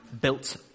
built